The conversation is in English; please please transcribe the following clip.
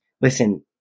Listen